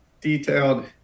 detailed